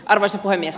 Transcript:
arvoisa puhemies